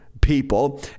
people